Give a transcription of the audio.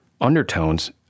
undertones